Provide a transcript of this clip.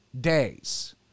days